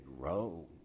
grow